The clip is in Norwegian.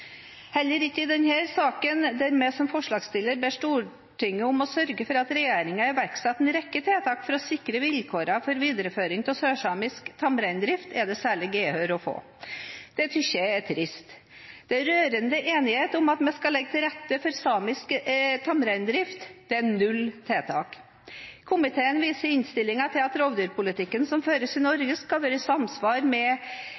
Heller ikke i denne saken, der vi som forslagsstillere ber Stortinget om å sørge for at regjeringen iverksetter en rekke tiltak for å sikre vilkårene for videreføring av sørsamisk tamreindrift, er det særlig gehør å få. Det synes jeg er trist. Det er rørende enighet om at vi skal legge til rette for samisk tamreindrift, men det er null tiltak. Komiteen viser i innstillingen til at rovdyrpolitikken som føres i Norge, skal være i samsvar med